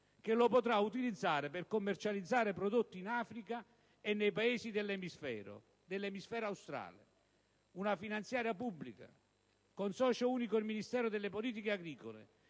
che lo potrà utilizzare per commercializzare prodotti in Africa e nei Paesi dell'emisfero australe. Una finanziaria pubblica, con socio unico il Ministero delle politiche agricole,